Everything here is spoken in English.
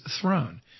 throne